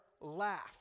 laugh